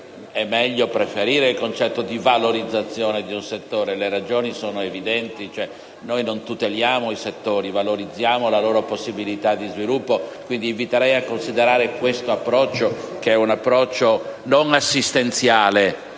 sia meglio preferire il concetto di valorizzazione dello stesso, e le ragioni sono evidenti: noi non tuteliamo i settori, valorizziamo la loro possibilitadi sviluppo. Inviterei a considerare questo approccio, che non e assistenziale